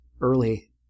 early